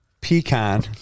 pecan